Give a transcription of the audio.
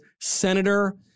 Senator